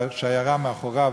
בשיירה מאחוריו,